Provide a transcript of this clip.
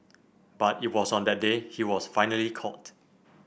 but it was on that day he was finally caught